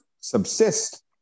subsist